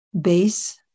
base